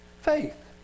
faith